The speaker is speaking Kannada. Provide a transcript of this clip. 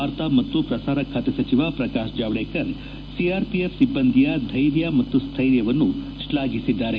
ವಾರ್ತಾ ಮತ್ತು ಪ್ರಸಾರ ಸಚಿವ ಪ್ರಕಾಶ್ ಜಾವಡೇಕರ್ ಸಿಆರ್ಪಿಎಫ್ ಸಿಬ್ಲಂದಿಯ ಧೈರ್ಯ ಮತ್ತು ಸ್ವೈರ್ಯವನ್ನು ಶ್ಲಾಘಿಸಿದ್ದಾರೆ